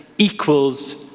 equals